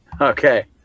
Okay